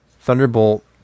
Thunderbolt